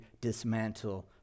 dismantle